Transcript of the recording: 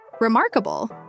Remarkable